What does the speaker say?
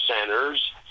centers